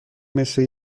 مثه